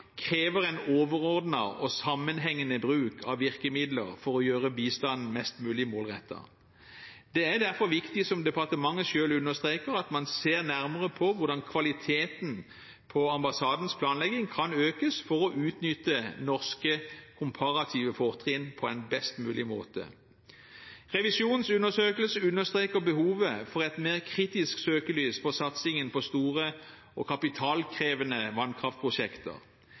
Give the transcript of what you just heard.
krever en overordnet og sammenhengende bruk av virkemidler for å gjøre bistanden mest mulig målrettet. Det er derfor viktig, som departementet selv understreker, at man ser nærmere på hvordan kvaliteten på ambassadens planlegging, kan økes for å utnytte norske komparative fortrinn på en best mulig måte. Riksrevisjonens undersøkelse understreker behovet for et mer kritisk søkelys på satsingen på store og kapitalkrevende vannkraftprosjekter.